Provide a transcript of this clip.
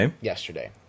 yesterday